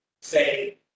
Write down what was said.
say